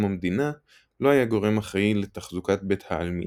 המדינה לא היה גורם אחראי לתחזוקת בית העלמין,